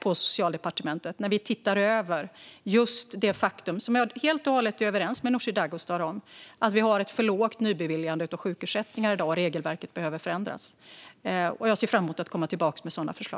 på Socialdepartementet där vi ser över just det faktum - där är jag helt och hållet överens med Nooshi Dadgostar - att vi har ett för lågt nybeviljande av sjukersättningar i dag, och regelverket behöver förändras. Jag ser fram emot att komma tillbaka med sådana förslag.